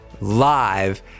live